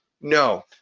No